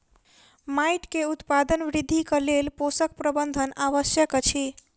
माइट के उत्पादन वृद्धिक लेल पोषक प्रबंधन आवश्यक अछि